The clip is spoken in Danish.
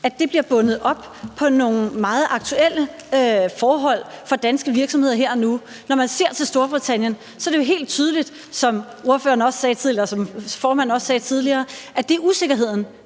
Alt det bliver bundet op på nogle meget aktuelle forhold for danske virksomheder. Når man ser til Storbritannien, er det jo helt tydeligt, som partiformanden også sagde tidligere, at det er usikkerheden,